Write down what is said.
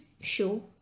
show